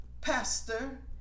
Pastor